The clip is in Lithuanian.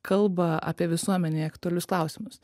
kalba apie visuomenei aktualius klausimus